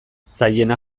zailena